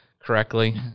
correctly